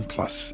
Plus